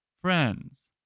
friends